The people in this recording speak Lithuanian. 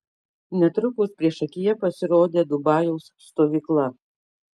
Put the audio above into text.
netrukus priešakyje pasirodė dubajaus stovykla